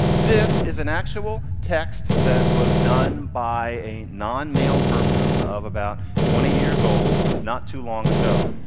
this is an actual text that was done by a non-male person of about twenty years old not too long ago.